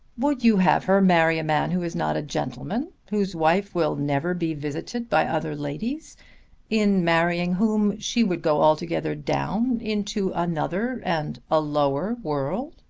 would you have her marry a man who is not a gentleman, whose wife will never be visited by other ladies in marrying whom she would go altogether down into another and a lower world?